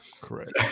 Correct